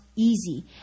easy